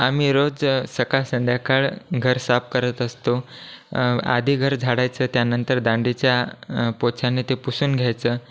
आम्ही रोज सकाळ संध्याकाळ घर साफ करत असतो आधी घर झाडायचं त्यानंतर दांडीच्या पोछाने ते पुसून घ्यायचं